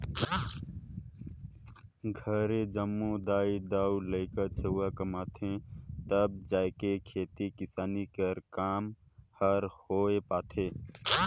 घरे जम्मो दाई दाऊ,, लरिका छउवा कमाथें तब जाएके खेती किसानी कर काम हर होए पाथे